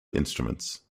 instruments